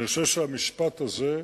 אני חושב שהמשפט הזה,